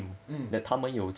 mm